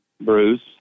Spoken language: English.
Bruce